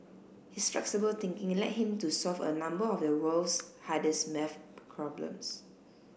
his flexible thinking led him to solve a number of the world's hardest maths problems